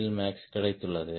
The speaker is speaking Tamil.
எல்மேக்ஸ் கிடைத்துள்ளது